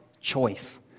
choice